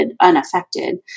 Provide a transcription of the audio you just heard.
unaffected